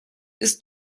ist